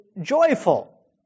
joyful